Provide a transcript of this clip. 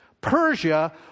Persia